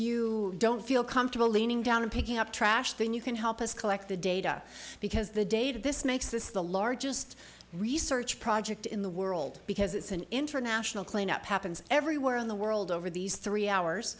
you don't feel comfortable leaning down and picking up trash then you can help us collect the data because the data this makes this the largest research project in the world because it's an international cleanup happens everywhere in the world over these three hours